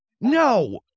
No